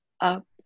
up